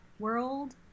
world